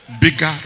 bigger